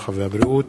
הרווחה והבריאות,